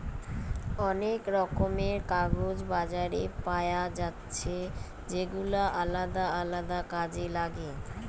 অনেক রকমের কাগজ বাজারে পায়া যাচ্ছে যেগুলা আলদা আলদা কাজে লাগে